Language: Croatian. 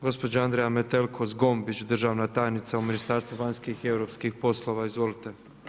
Gospođa Andreja Metelko-Zgombić, državna tajnica u Ministarstvu vanjskih i europskih poslova, izvolite.